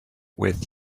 with